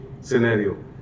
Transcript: scenario